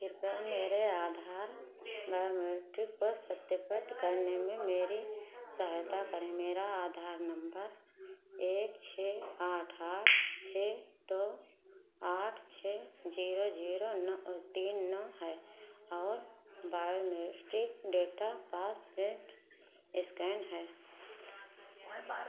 कृपया मेरे आधार बायोमेट्रिक को सत्यापित करने में मेरी सहायता करें मेरा आधार नम्बर एक छह आठ आठ छह दो आठ छह ज़ीरो ज़ीरो नौ तीन नौ है और बायोमेट्रिक डेटा पासप्रिन्ट इस्कैन है